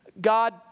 God